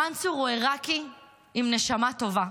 מנצור הוא עיראקי עם נשמה טובה.